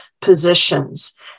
positions